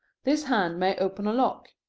this hand may open a lock.